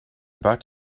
about